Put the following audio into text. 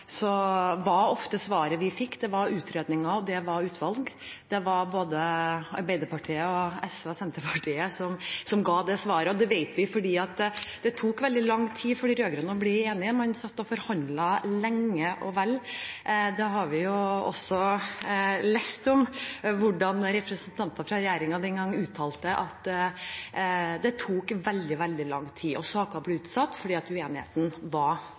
var ofte svaret vi fikk, utredninger og utvalg. Både Arbeiderpartiet, SV og Senterpartiet ga det svaret. Det tok veldig lang tid for de rød-grønne å bli enige. Man satt og forhandlet lenge og vel. Vi har også lest om hvordan representanter fra regjeringen den gangen uttalte at det tok veldig, veldig lang tid, og saker ble utsatt fordi uenigheten var